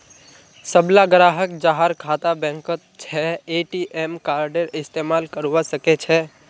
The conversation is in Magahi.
सबला ग्राहक जहार खाता बैंकत छ ए.टी.एम कार्डेर इस्तमाल करवा सके छे